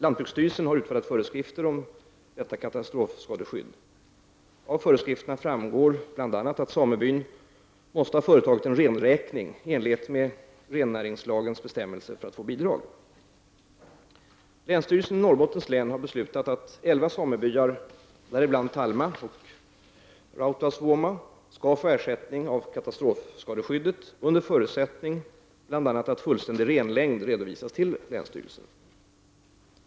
Lantbruksstyrelsen har utfärdat föreskrifter om detta katastrofskadeskydd. Av föreskrifterna framgår bl.a. att samebyn måste ha företagit renräkning i enlighet med rennäringslagens bestämmelser för att få bidrag. Länsstyrelsen i Norrbottens län har beslutat att elva samebyar, däribland Talma och Rautasvuoma, skall få ersättning av katastrofskadeskyddet under förutsättning bl.a. att fullständig renlängd redovisas till länsstyrelsen.